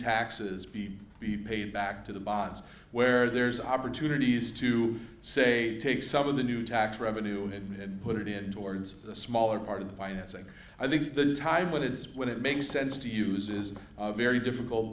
taxes be paid back to the bonds where there's opportunities to say take some of the new tax revenue and put it in towards the smaller part of the financing i think the time when it's when it makes sense to use is a very difficult